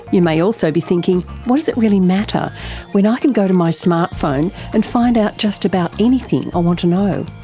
you may also be thinking what does it really matter when i can go to my smart phone and find out just about anything i um want to know?